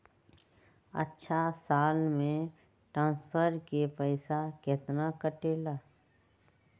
अछा साल मे ट्रांसफर के पैसा केतना कटेला?